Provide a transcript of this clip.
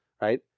right